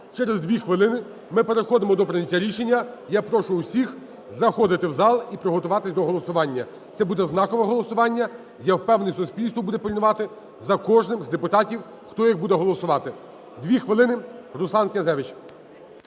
Через дві хвилини ми переходимо до прийняття рішення, я прошу усіх заходити в зал і приготуватись до голосування. Це буде знакове голосування. Я впевнений, суспільство буде пильнувати за кожним з депутатів, хто як буде голосувати. Дві хвилини, Руслан Князевич.